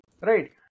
Right